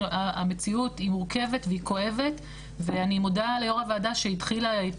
המציאות היא מורכבת וכואבת ואני מודה ליו"ר הוועדה שהתחילה את